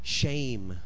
shame